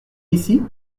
ici